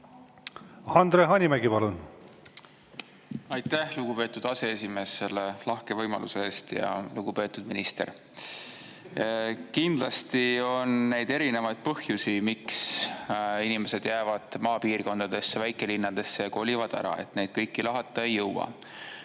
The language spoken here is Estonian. Andre Hanimägi, palun! Aitäh, lugupeetud aseesimees, selle lahke võimaluse eest! Lugupeetud minister! On erinevaid põhjusi, miks inimesed jäävad maapiirkondadesse, väikelinnadesse või kolivad ära, neid kõiki lahata ei jõua.